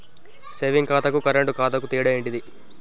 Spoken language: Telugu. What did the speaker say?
సేవింగ్ ఖాతాకు కరెంట్ ఖాతాకు తేడా ఏంటిది?